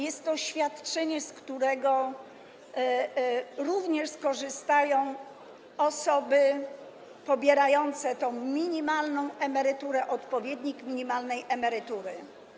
Jest to świadczenie, z którego również skorzystają osoby pobierające tę minimalną emeryturę, odpowiednik minimalnej emerytury.